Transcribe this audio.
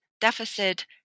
deficit